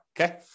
okay